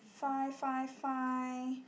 five five five